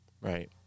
Right